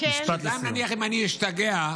גם אם נניח אני אשתגע,